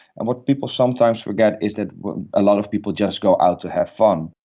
and what people sometimes forget is that a lot of people just go out to have fun.